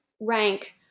rank